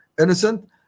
innocent